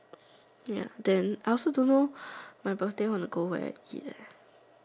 ya then I also don't know my birthday want to go where and eat leh